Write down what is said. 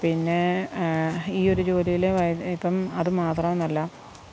പിന്നെ ഈ ഒരു ജോലിയില് ഇപ്പം അത് മാത്രവൊന്നുമല്ല